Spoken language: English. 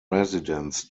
residents